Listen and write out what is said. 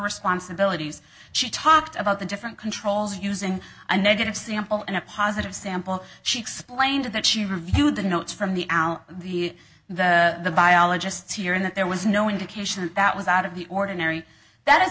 responsibilities she talked about the different controls using a negative sample and a positive sample she explained that she reviewed the notes from the out the the biologists here in that there was no indication that was out of the ordinary that ha